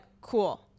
cool